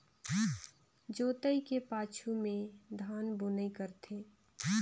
जोतई के पाछू में धान बुनई करथे